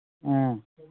ꯎꯝ